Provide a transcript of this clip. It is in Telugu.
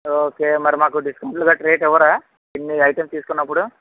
ఓకే మరి మాకు డిస్కౌంట్లు గట్రా ఏమివ్వరా ఇన్ని ఐటమ్స్ తీసుకున్నప్పుడు